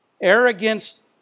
Arrogance